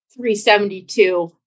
372